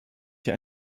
hier